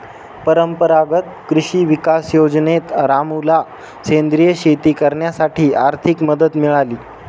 परंपरागत कृषी विकास योजनेत रामूला सेंद्रिय शेती करण्यासाठी आर्थिक मदत मिळाली